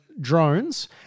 drones